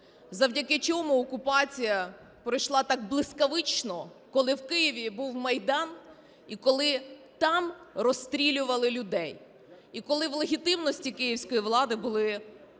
завдяки чому окупація пройшла так блискавично, коли в Києві був Майдан і коли там розстрілювали людей. І коли в легітимності київської влади були, ну